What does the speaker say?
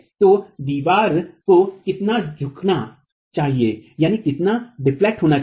तो दीवार को कितना झुकना चाहिए